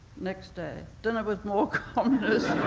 next day, dinner with more communists.